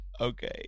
Okay